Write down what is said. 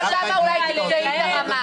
לכי לגדעון, שמה אולי תמצאי את הרמה.